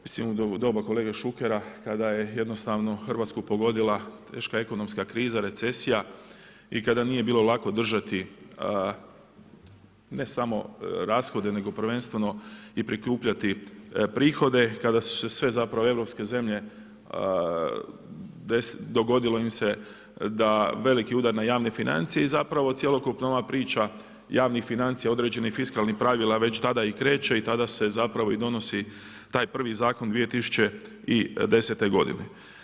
Mislim u doba kolege Šukera kada je jednostavno Hrvatsku pogodila teška ekonomska kriza, recesija, i kada nije bilo lako držati ne samo rashode nego prvenstveno i prikupljati prihode, kada su se sve zapravo europske zemlje, dogodilo im se da veliki udar na javne financije i zapravo cjelokupna ova priča javnih financija određenih fiskalnih pravila već tada i kreće i tada se zapravo i donosi taj prvi zakon 2010. godine.